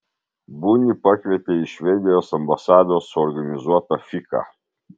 bunį pakvietė į švedijos ambasados suorganizuotą fiką